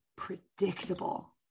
predictable